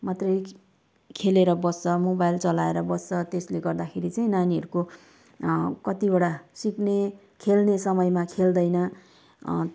मात्रै खे खेलेर बस्छ मोबाइल चलाएर बस्छ त्यसले गर्दाखेरि चाहिँ नानीहरूको कतिवटा सिक्ने खेल्ने समयमा खेल्दैन